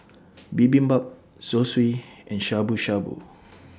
Bibimbap Zosui and Shabu Shabu